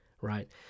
right